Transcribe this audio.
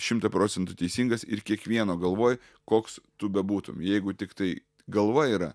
šimtą procentų teisingas ir kiekvieno galvoj koks tu bebūtum jeigu tiktai galva yra